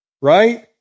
right